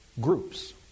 groups